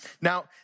Now